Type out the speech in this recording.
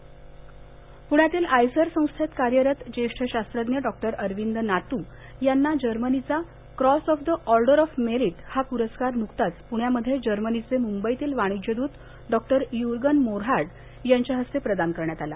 पुरस्कार प्ण्यातील आयसर संस्थेत कार्यरत ज्येष्ठ शास्त्रज्ञ डॉक्टर अरविंद नातू यांना जर्मनीचा cross of the order of merit हा पुरस्कार नुकताच पुण्यामध्ये जर्मनीचे मुंबईतील वाणिज्य दूत डॉक्टर युर्गन मोरहार्ड यांच्या हस्ते प्रदान करण्यात आला